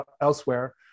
elsewhere